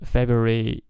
February